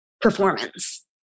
performance